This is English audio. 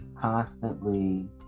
constantly